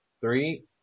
three